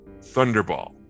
Thunderball